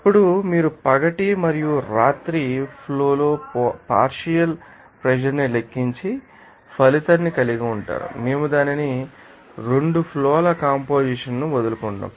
అప్పుడు మీరు పగటి మరియు రాత్రి ఫ్లో లో పార్షియల్ ప్రెషర్ ని లెక్కించి ఫలితాన్ని కలిగి ఉంటారు మేము దానిని 2 ఫ్లో ల కంపొజిషన్ ను వదులుకుంటాము